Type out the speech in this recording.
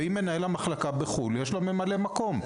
ואם מנהל המחלקה בחו"ל אז יש לו ממלא מקום,